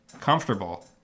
comfortable